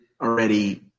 already